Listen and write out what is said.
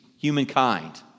humankind